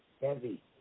heavy